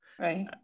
right